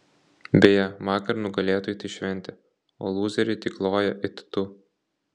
beje vakar nugalėtojai tai šventė o lūzeriai tik loja it tu